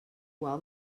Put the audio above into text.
while